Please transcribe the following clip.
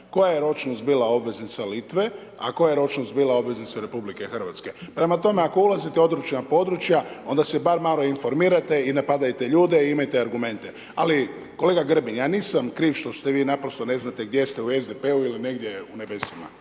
Koja je ročnost bila obveznica Litve, a koja je ročnost bila obveznice RH. Prema tome, ako ulazite u određena područja onda se bar malo informirajte i napadajte ljude i imajte argumente, ali kolega Grbin ja nisam kriv što ste vi naprosto ne znate gdje ste negdje u SDP-u ili negdje u nebesima.